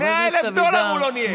100,000 דולר הוא לא ניהל.